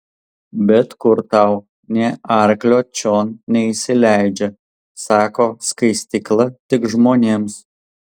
bet kur tau nė arklio čion neįsileidžia sako skaistykla tik žmonėms